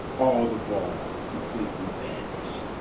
all the balls completely vanish,